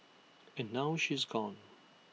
and now she is gone